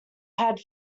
had